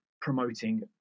promoting